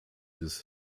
des